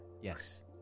Yes